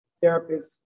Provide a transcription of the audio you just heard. therapist